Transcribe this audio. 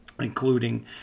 including